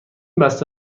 بسته